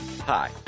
Hi